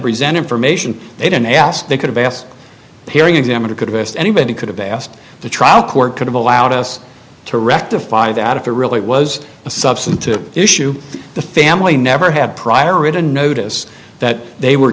present information they didn't ask they could have asked the hearing examiner could have asked anybody could have asked the trial court could have allowed us to rectify that if there really was a substantive issue the family never had prior written notice that they were